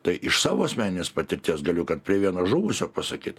tai iš savo asmeninės patirties galiu kad prie vieno žuvusio pasakyt